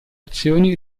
azioni